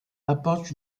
apporte